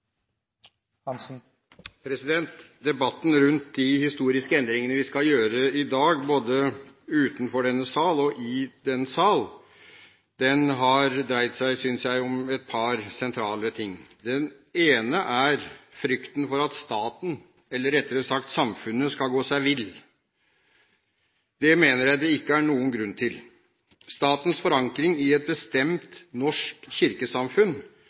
Debatten rundt de historiske endringene vi skal gjøre i dag, synes jeg – både utenfor og i denne sal – har dreid seg om et par sentrale ting. Den ene er frykten for at staten – eller rettere sagt samfunnet – skal gå seg vill. Det mener jeg det ikke er noen grunn til. Statens forankring i et bestemt norsk kirkesamfunn